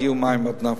הגיעו מים עד נפש.